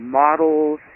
models